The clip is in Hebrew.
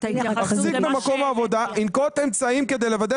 "מחזיק במקום העבודה ינקוט אמצעים כדי לוודא